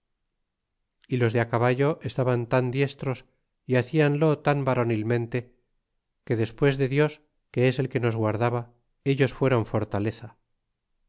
y los de á caballo estaban tan diestros y hacíanlo tan varonilmente que despues de dios que es el que nos guardaba ellos fuéron fortaleza